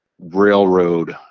railroad